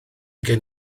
gen